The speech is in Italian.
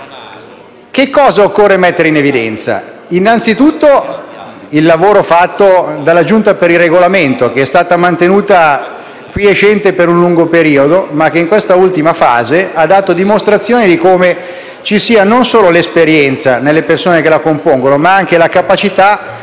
Che cosa occorre mettere in evidenza? Anzitutto, il lavoro fatto dalla Giunta per il Regolamento, che è stata mantenuta quiescente per un lungo periodo, ma che, in quest'ultima fase, ha dato dimostrazione di come ci siano non solo l'esperienza nelle persone che la compongono, ma anche la capacità di